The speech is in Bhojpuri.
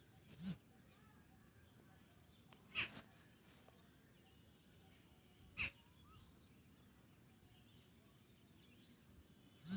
वार्षिक आय क मतलब एक साल में कमायल गयल कुल पैसा हउवे